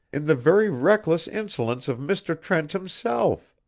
in the very reckless insolence of mr. trent himself!